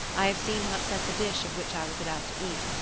i have seen him upset the dish of which i was about to eat,